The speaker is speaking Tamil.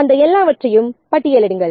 முதலில் அந்த எல்லாவற்றையும் பட்டியலிடுங்கள்